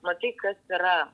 matai kas yra